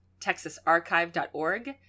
TexasArchive.org